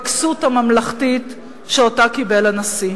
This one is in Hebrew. בכסות הממלכתית שקיבל הנשיא.